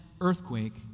earthquake